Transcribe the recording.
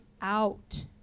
out